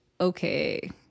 okay